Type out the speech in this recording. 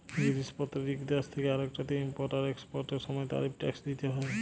জিলিস পত্তের ইক দ্যাশ থ্যাকে আরেকটতে ইমপরট আর একসপরটের সময় তারিফ টেকস দ্যিতে হ্যয়